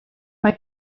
mae